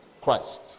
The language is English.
Christ